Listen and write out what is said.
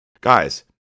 Guys